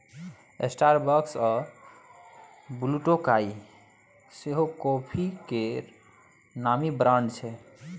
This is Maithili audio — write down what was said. स्टारबक्स आ ब्लुटोकाइ सेहो काँफी केर नामी ब्रांड छै